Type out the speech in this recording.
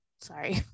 Sorry